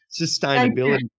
sustainability